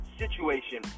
situation